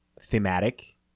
Thematic